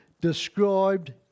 described